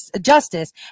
Justice